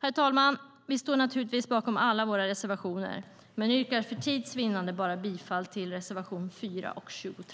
Fru talman! Vi står naturligtvis bakom alla våra reservationer, men jag yrkar för tids vinnande bifall bara till reservationerna 4 och 23.